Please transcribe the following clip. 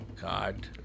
God